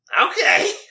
Okay